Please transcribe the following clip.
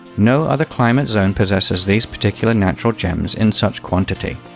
no other climate zone possesses these particular natural gems in such quantity.